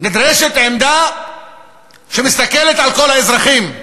נדרשת עמדה שמסתכלת על כל האזרחים.